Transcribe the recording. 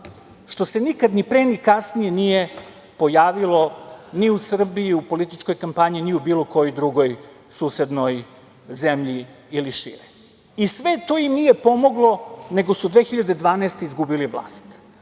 što se nikad ni pre ni kasnije nije pojavilo ni u Srbiji, u političkoj kampanji, ni bilo kojoj drugoj susednoj zemlji ili šire. Sve to im nije pomoglo, nego su 2012. godine